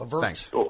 Thanks